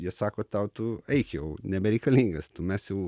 jie sako tau tu eik jau nebereikalingas tu mes jau